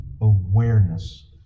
awareness